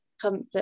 Comfort